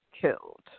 killed